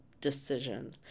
decision